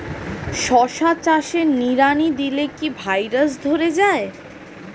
শশা চাষে নিড়ানি দিলে কি ভাইরাস ধরে যায়?